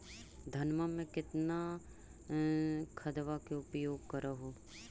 धानमा मे कितना खदबा के उपयोग कर हू?